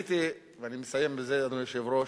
ואני מסיים בזה, אדוני היושב-ראש,